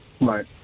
Right